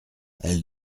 elle